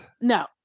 no